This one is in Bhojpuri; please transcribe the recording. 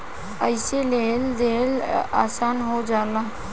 अइसे लेहल देहल आसन हो जाला